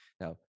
Now